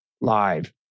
live